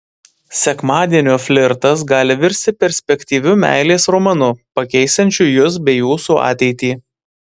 sekmadienio flirtas gali virsti perspektyviu meilės romanu pakeisiančiu jus bei jūsų ateitį